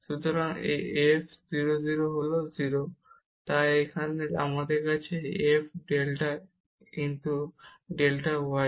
সুতরাং এই f 0 0 হল 0 তাই এখানে আমাদের আছে f delta x delta y